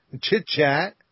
chit-chat